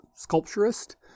sculpturist